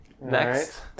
Next